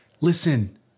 Listen